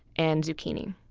and zucchini,